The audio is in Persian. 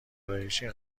ارایشی